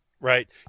right